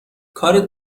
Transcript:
کارت